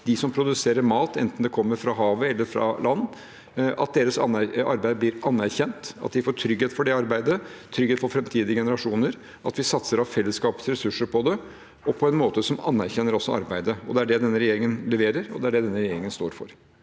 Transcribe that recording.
dem som produserer mat – enten den kommer fra havet eller fra land – at deres arbeid blir anerkjent, at de får trygghet for det arbeidet og trygghet for framtidige generasjoner, og at vi satser på det av fellesskapets ressurser og på en måte som anerkjenner arbeidet. Det er det denne regjeringen leverer, og det er det denne regjeringen står for.